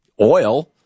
oil